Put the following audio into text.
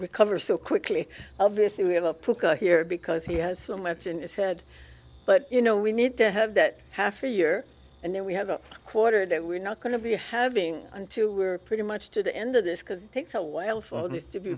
recover so quickly obviously we have a poor guy here because he has so much in his head but you know we need to have that half a year and then we have a quarter that we're not going to be having and two were pretty much to the end of this because takes a while for this to be